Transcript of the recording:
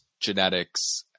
genetics